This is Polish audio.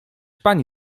pani